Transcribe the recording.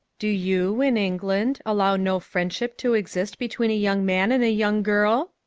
do you, in england, allow no friendship to exist between a young man and a young girl?